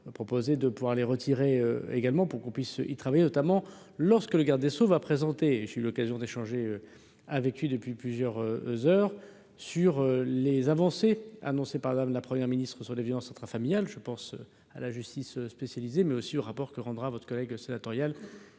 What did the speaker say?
proposé de pouvoir les retirer également pour qu'on puisse y travailler notamment lorsque le garde des Sceaux va présenter, et j'ai eu l'occasion d'échanger avec lui depuis plusieurs heures sur les avancées annoncées par exemple la première ministre ou sur les violences intrafamiliales, je pense à la justice spécialisée mais aussi au rapport que rendra votre collègue sénatorial